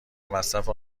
مصرف